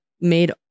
made